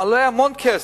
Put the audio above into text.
עולה המון כסף.